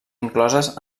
incloses